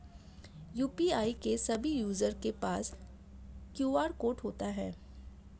UPI के सभी user के पास क्यू.आर कोड होता है